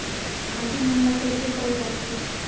भाजी मन ला कइसे बोए जाथे?